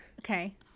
Okay